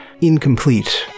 incomplete